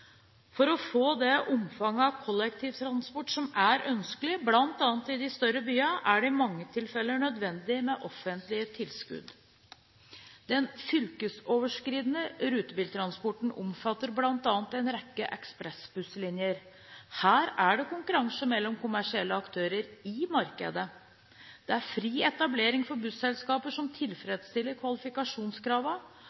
For å få det omfang av kollektivtransport som er ønskelig, bl.a. i de større byene, er det i mange tilfeller nødvendig med offentlige tilskudd. Den fylkesoverskridende rutebiltransporten omfatter bl.a. en rekke ekspressbusslinjer. Her er det konkurranse mellom kommersielle aktører i markedet. Det er fri etablering for busselskaper som